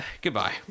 goodbye